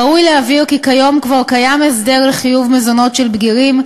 ראוי להבהיר כי כיום כבר קיים הסדר לחיוב מזונות של בגירים,